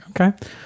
Okay